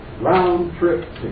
round-trip